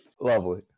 lovely